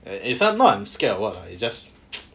and is not I'm not scared or what lah it's just